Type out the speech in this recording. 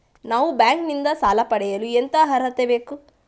ನಾವು ಬ್ಯಾಂಕ್ ನಿಂದ ಸಾಲ ಪಡೆಯಲು ಎಂತ ಅರ್ಹತೆ ಬೇಕು?